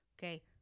Okay